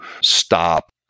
stop